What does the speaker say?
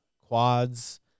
quads